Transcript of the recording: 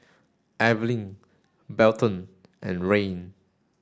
Evalyn Belton and Rayne